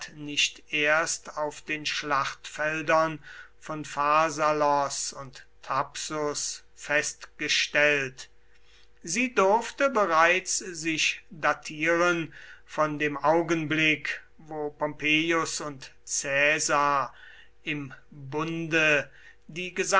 nicht erst auf den schlachtfeldern von pharsalos und thapsus festgestellt sie durfte bereits sich datieren von dem augenblick wo pompeius und caesar im bunde